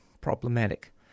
problematic